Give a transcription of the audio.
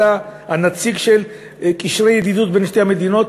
אתה הנציג של קשרי ידידות בין שתי המדינות.